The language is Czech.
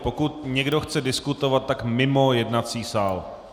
Pokud někdo chce diskutovat, tak mimo jednací sál.